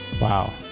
Wow